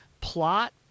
plot